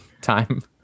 time